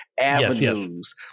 avenues